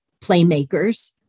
Playmakers